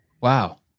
Wow